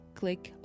click